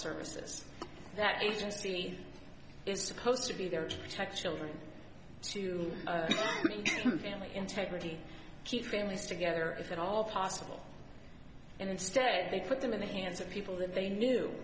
services that agency is supposed to be there to protect children to weaken family integrity keep families together if at all possible and instead they put them in the hands of people that they knew